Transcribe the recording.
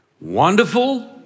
Wonderful